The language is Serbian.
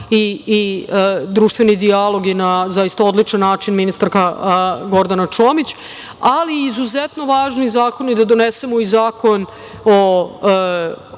i društveni dijalog i na zaista odličan način ministarka Gordana Čomić, ali izuzetno važni zakoni da donesemo i zakon o,